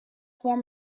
form